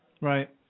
Right